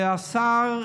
והשר,